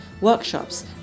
workshops